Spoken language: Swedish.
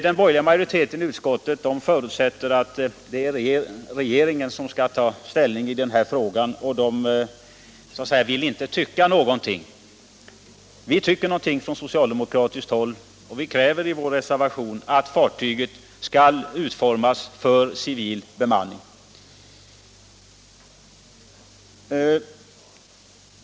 Den borgerliga majoriteten i utskottet förutsätter att det är regeringen som skall ta ställning i denna fråga och vill inte ”tycka” någonting. Vi har en uppfattning på socialdemokratiskt håll. Vi kräver i vår reservation att fartyget skall utformas för civil bemanning.